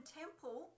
temple